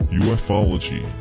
ufology